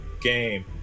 game